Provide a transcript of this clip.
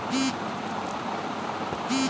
বিল পেমেন্টের সবচেয়ে নিরাপদ উপায় কোনটি?